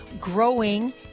growing